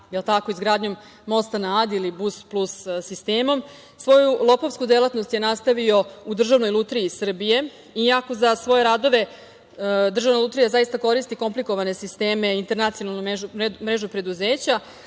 izgradnji mosta na Adi ili Bus-plus sistem, svoju lopovsku delatnost je nastavio u Državnoj lutriji Srbije. Iako za svoje radove Državna lutrija zaista koristi komplikovane, internacionalnu mrežu preduzeća,